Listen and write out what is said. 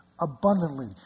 abundantly